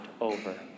over